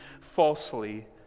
falsely